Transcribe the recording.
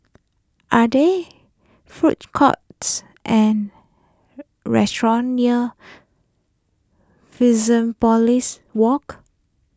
are there food courts and restaurants near Fusionopolis Walk